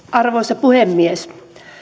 arvoisa puhemies